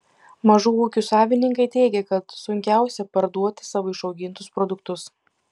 mažų ūkių savininkai teigia kad sunkiausia parduoti savo išaugintus produktus